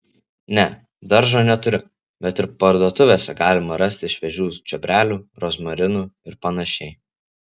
ne daržo neturiu bet ir parduotuvėse galima rasti šviežių čiobrelių rozmarinų ir panašiai